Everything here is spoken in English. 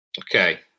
Okay